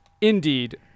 Indeed